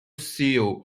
seal